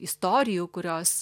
istorijų kurios